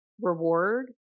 reward